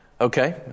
Okay